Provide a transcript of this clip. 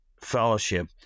fellowship